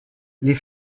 les